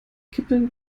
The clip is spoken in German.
kippeln